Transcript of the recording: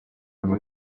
même